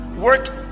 work